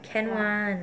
can [one]